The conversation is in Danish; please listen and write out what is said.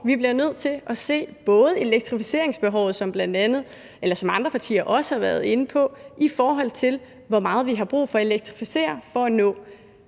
Vi bliver nødt til at se på elektrificeringsbehovet, som andre partier også har været inde på, i forhold til hvor meget vi har brug for at elektrificere for at nå